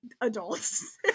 adults